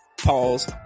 pause